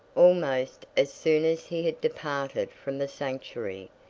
almost as soon as he had departed from the sanctuary,